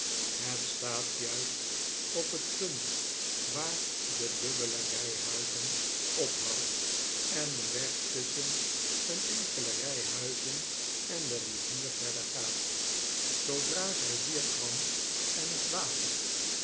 het staat juist op het punt waar de dubbele rij huizen ophoudt en de weg tusschen een enkele rij huizen en de rivier verder gaat zoodra zij hier kwam en het water